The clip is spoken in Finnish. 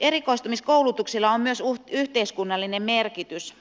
erikoistumiskoulutuksilla on myös yhteiskunnallinen merkitys